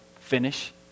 finish